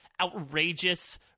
outrageous